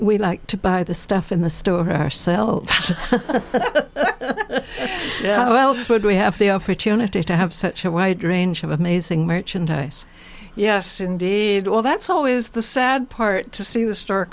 we like to buy the stuff in the store ourselves yeah well that's what we have the opportunity to have such a wide range of amazing merchandise yes indeed well that's always the sad part to see the st